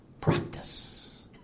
practice